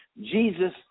Jesus